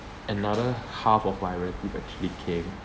another half of my relative actually came